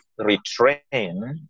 retrain